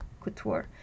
couture